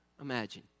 imagine